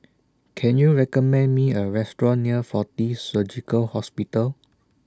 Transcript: Can YOU recommend Me A Restaurant near Fortis Surgical Hospital